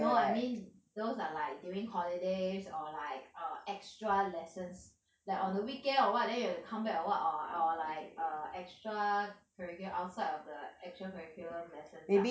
no I mean those are like during holidays or like err extra lessons like on the weekend or what then you have to come back or what or or like err extra curricu~ outside of the actual curriculum lessons lah